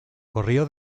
corrió